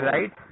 Right